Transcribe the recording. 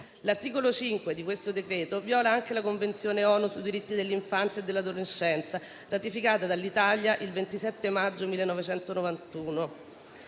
L'articolo 5 di questo decreto viola anche la Convenzione ONU sui diritti dell'infanzia e dell'adolescenza, ratificata dall'Italia il 27 maggio 1991,